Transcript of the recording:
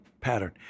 pattern